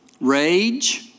rage